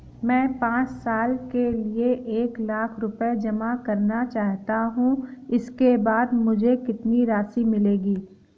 मैं पाँच साल के लिए एक लाख रूपए जमा करना चाहता हूँ इसके बाद मुझे कितनी राशि मिलेगी?